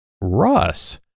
Russ